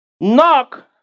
Knock